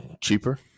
Cheaper